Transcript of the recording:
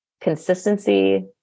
consistency